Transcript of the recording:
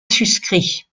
suscrit